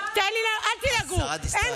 השרה דיסטל.